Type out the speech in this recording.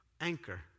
anchor